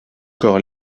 corps